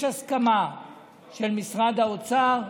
יש הסכמה של משרד האוצר,